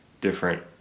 different